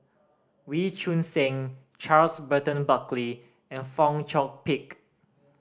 Wee Choon Seng Charles Burton Buckley and Fong Chong Pik